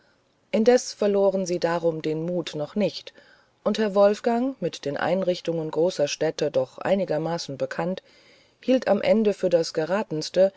indes verloren sie darum den mut noch nicht und herr wolfgang mit den einrichtungen großer städte doch einigermaßen bekannt hielt es am ende für das geratenste